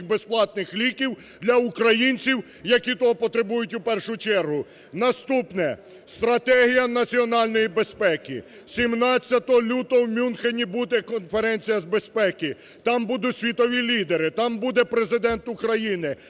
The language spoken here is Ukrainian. безплатних ліків для українців, які того потребують у першу чергу. Наступне. Стратегія національної безпеки. 17 лютого в Мюнхені буде конференція з безпеки, там будуть світові лідери, там буде Президент України.